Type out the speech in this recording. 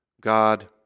God